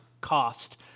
cost